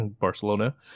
Barcelona